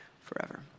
forever